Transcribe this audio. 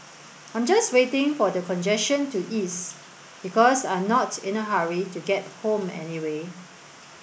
I'm just waiting for the congestion to ease because I'm not in a hurry to get home anyway